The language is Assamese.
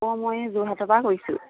অঁ মই যোৰহাটৰ পৰা কৈছোঁ